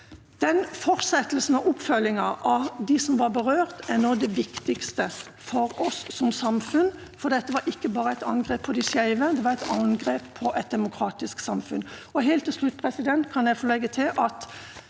Fortsettelsen og oppfølgingen av dem som var berørt, er nå av det viktigste for oss som samfunn, for dette var ikke bare et angrep på de skeive, det var et angrep på et demokratisk samfunn. Helt til slutt kan jeg få legge til at